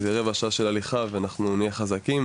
כי זו רבע שעה של הליכה ואנחנו נהיה חזקים,